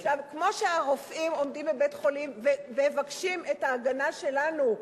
כמו שהרופאים עובדים בבית-חולים ומבקשים את ההגנה שלנו,